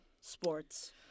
Sports